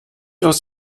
aus